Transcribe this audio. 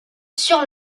sur